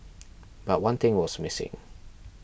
but one thing was missing